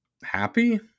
Happy